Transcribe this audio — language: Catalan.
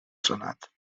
senat